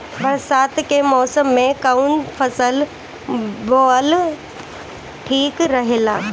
बरसात के मौसम में कउन फसल बोअल ठिक रहेला?